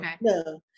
no